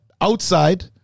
outside